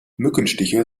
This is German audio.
mückenstiche